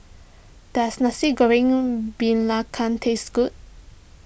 does Nasi Goreng Belacan taste good